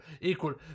equal